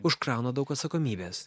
užkrauna daug atsakomybės